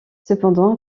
cependant